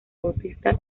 bautista